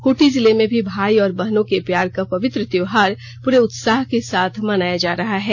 खूंटी जिले में भी भाई और बहनों के प्यार का पवित्र त्योहार पूरे उत्साह के साथ मनाया जा रहा है